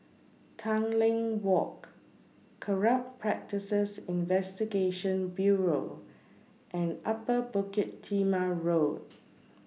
Tanglin Walk Corrupt Practices Investigation Bureau and Upper Bukit Timah Road